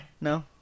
no